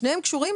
שניהם קשורים